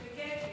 לקטי.